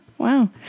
Wow